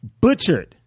butchered